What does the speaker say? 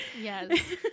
yes